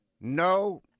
No